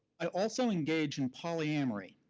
i also engage in polyamory,